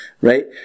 Right